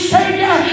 Savior